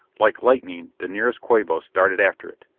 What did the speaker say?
like lightning the nearest quabos darted after it.